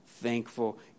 thankful